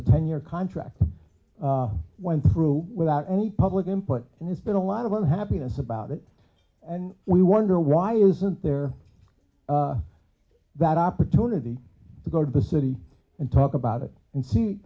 a ten year contract went through without any public input and there's been a lot of unhappiness about it and we wonder why isn't there that opportunity to go to the city and talk about it and see